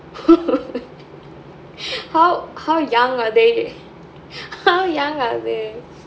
how how young are they how young are they